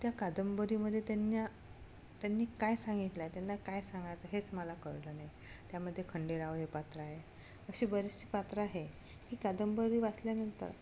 त्या कादंबरीमध्ये त्यांना त्यांनी काय सांगितलं आहे त्यांना काय सांगायचं हेच मला कळलं नाही त्यामध्ये खंडेराव हे पात्र आहे अशी बरेचशी पात्र आहे की कादंबरी वाचल्यानंतर